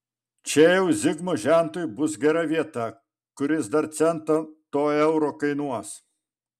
čia jau zigmo žentui bus gera vieta kuris dar centą to euro kainuos